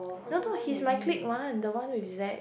no no he's my clique one the one with Zack